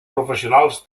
professionals